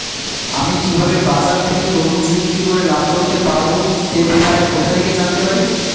আমি কিভাবে বাজার থেকে তরমুজ বিক্রি করে লাভ করতে পারব সে ব্যাপারে কোথা থেকে জানতে পারি?